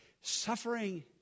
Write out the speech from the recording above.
suffering